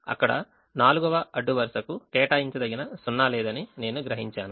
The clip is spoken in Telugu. అక్కడ 4వ అడ్డు వరుసకు కేటాయించదగిన సున్నా లేదని నేను గ్రహించాను